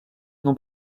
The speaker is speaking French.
non